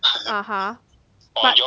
(uh huh) but